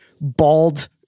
bald